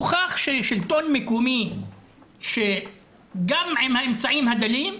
הוכח ששלטון מקומי שגם עם האמצעים הדלים,